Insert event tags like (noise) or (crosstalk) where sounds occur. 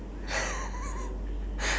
(laughs)